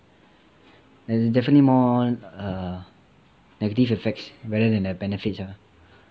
and definitely more err the negative effects better than the benefits ah